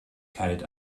kalt